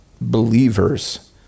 believers